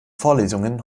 vorlesungen